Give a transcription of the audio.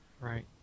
Right